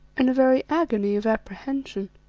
in a very agony of apprehension,